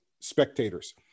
spectators